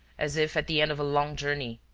as if at the end of a long journey.